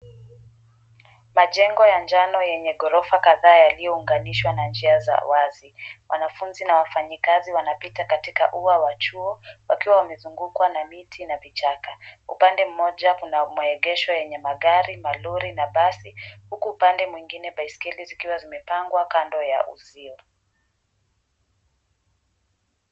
Majengo ya njano yenye ghorofa kadhaa yaliyounganishwa na njia za wazi. Wanafunzi na wafanyikazi wanapita katika ua wa chuo wakiwa wamezungukwa na miti na vichaka. Upande mmoja kuna maegesho yenye magari, malori na basi, huku upande mwingine baiskeli zikiwa zimepangwa kando ya uzio.